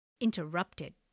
interrupted